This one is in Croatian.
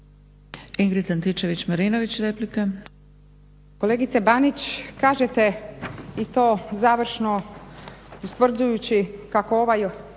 **Antičević Marinović, Ingrid (SDP)** Kolegice Banić kažete, i to završno ustvrđujući, kako ovaj